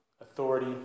authority